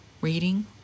reading